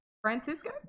francisco